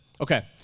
Okay